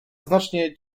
znacznie